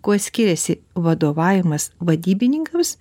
kuo skiriasi vadovavimas vadybininkams